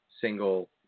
single